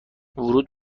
ورود